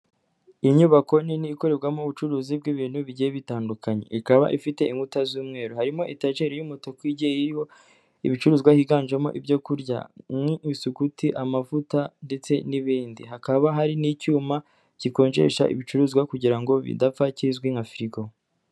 Inyubako nini ikorerwamo ubucuruzi bw'ibintu bigiye bitandukanye, ikaba ifite inkuta z'umweru, harimo etajeri y'umutuku igiye iriho ibicuruzwa higanjemo ibisuguti, amavuta ndetse n'ibindi, hakaba hari n'icyuma gikonjesha ibicuruzwa kugira ngo bidapfa kizwi nka firigo.